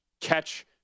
catch